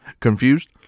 Confused